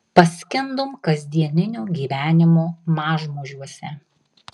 paskendom kasdieninio gyvenimo mažmožiuose